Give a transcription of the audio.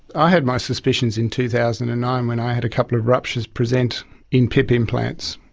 i had my suspicions in two thousand and nine when i had a couple of ruptures present in pip implants.